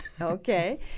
Okay